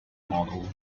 model